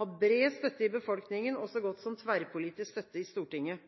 har bred støtte i befolkningen og så godt som tverrpolitisk støtte i Stortinget.